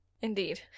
Indeed